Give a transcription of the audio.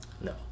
no